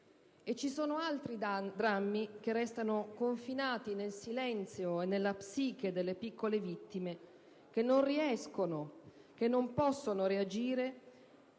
Ci sono altri drammi che restano confinati nel silenzio e nella psiche delle piccole vittime che non riescono, che non possono reagire